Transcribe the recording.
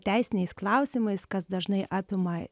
teisiniais klausimais kas dažnai apima